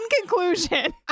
conclusion